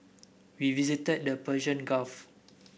we visited the Persian Gulf